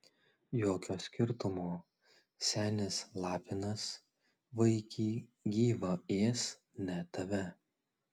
jokio skirtumo senis lapinas vaikį gyvą ės ne tave